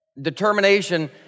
Determination